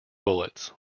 bullets